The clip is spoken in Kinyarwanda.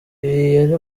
yari